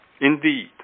Indeed